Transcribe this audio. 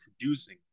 producing